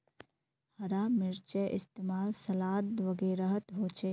हरा मिर्चै इस्तेमाल सलाद वगैरहत होचे